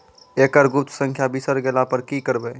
एकरऽ गुप्त संख्या बिसैर गेला पर की करवै?